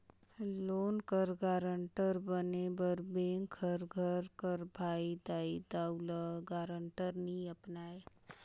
loan कर guarantor बने बर बेंक हर घर कर भाई, दाई, दाऊ, ल गारंटर नी अपनाए